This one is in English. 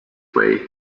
way